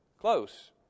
Close